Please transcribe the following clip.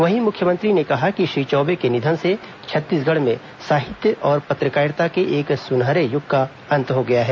वहीं मुख्यमंत्री ने कहा कि श्री चौबे के निधन से छत्तीसगढ़ में साहित्य और पत्रकारिता के एक सुनहरे युग का अंत हो गया है